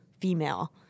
female